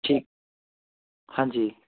ਠੀਕ ਹਾਂਜੀ